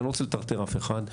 אני רוצה לטרטר אף אחד.